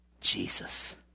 Jesus